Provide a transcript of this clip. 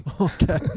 Okay